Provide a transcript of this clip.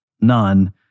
none